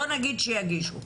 בואו נגיד שיגישו.